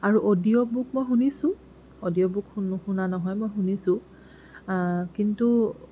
আৰু অডিঅ'বুক মই শুনিছোঁ অডিঅ'বুক নুশুনা নহয় মই শুনিছোঁ কিন্তু